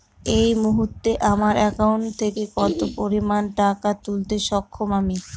এই মুহূর্তে আমার একাউন্ট থেকে কত পরিমান টাকা তুলতে সক্ষম আমি?